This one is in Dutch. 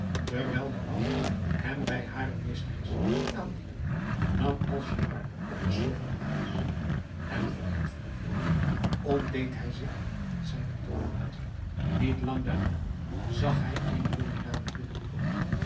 terwijl de oude hem bij hare meesteres ging aandienen nam alnaschar op de sofa plaats en verhit van het loopen ontdeed hij zich van zijnen tulband niet lang daarna zag hij eene jonge dame binnenkomen